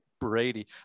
Brady